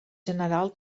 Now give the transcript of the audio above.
general